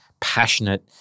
passionate